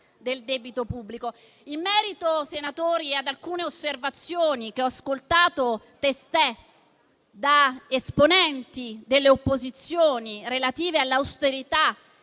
del debito pubblico. In merito ad alcune osservazioni che ho ascoltato testé da esponenti delle opposizioni relative all'austerità